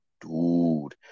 dude